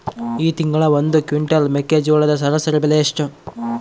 ಈ ತಿಂಗಳ ಒಂದು ಕ್ವಿಂಟಾಲ್ ಮೆಕ್ಕೆಜೋಳದ ಸರಾಸರಿ ಬೆಲೆ ಎಷ್ಟು?